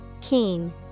Keen